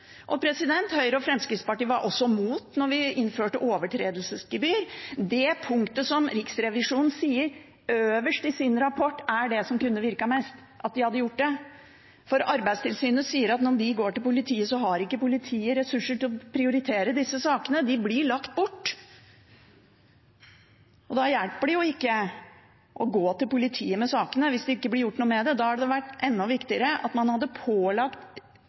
Høyre og Fremskrittspartiet var også imot å innføre overtredelsesgebyr – det punktet som Riksrevisjonen sier, øverst i sin rapport, er det som kunne virket mest, om de hadde gjort det. For Arbeidstilsynet sier at når de går til politiet, har ikke politiet ressurser til å prioritere disse sakene, de blir lagt bort. Da hjelper det ikke å gå til politiet med sakene – hvis det ikke blir gjort noe med dem. Da hadde det vært